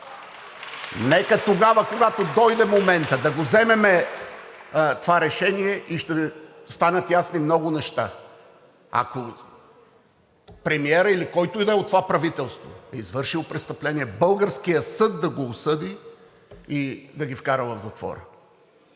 Нека тогава, когато дойде моментът, да вземем това решение и ще станат ясни много неща. Ако премиерът или който и да е от това правителство е извършил престъпление, българският съд да го осъди и да го вкара в затвора.